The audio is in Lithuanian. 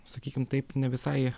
sakykim taip ne visai